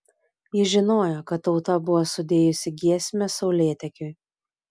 jis žinojo kad tauta buvo sudėjusi giesmę saulėtekiui